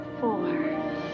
four